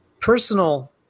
personal